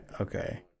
okay